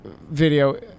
video